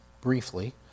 briefly